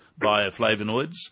bioflavonoids